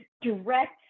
direct